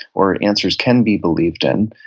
where answers can be believed in,